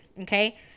okay